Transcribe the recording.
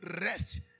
rest